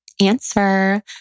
answer